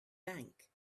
bank